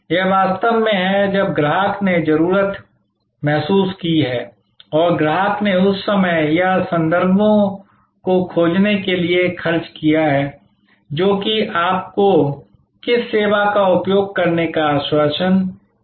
यह वास्तव में है जब ग्राहक ने जरूरत महसूस की है और ग्राहक ने उस समय या संदर्भों को खोजने के लिए खर्च किया है जो कि आपको किस सेवा का उपयोग करने का आश्वासन दिया है